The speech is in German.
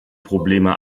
probleme